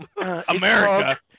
America